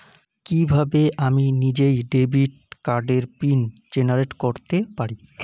কিভাবে আমি নিজেই ডেবিট কার্ডের পিন জেনারেট করতে পারি?